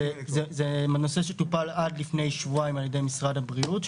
זה נושא שטופל עד לפני שבועיים על ידי משרד הבריאות,